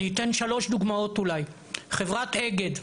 אני אתן שלוש דוגמאות: חברת אגד,